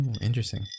interesting